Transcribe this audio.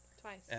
twice